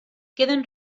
queden